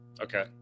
okay